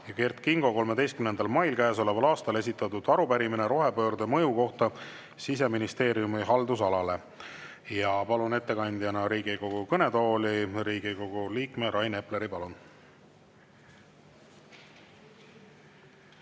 ja Kert Kingo 13. mail käesoleval aastal esitatud arupärimine rohepöörde mõju kohta Siseministeeriumi haldusalale. Palun ettekandeks Riigikogu kõnetooli Riigikogu liikme Rain Epleri.